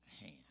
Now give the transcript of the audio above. hand